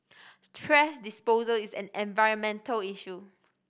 thrash disposal is an environmental issue